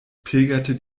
pilgerte